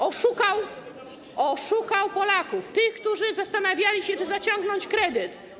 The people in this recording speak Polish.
Oszukał Polaków, tych, którzy zastanawiali się, czy zaciągnąć kredyt.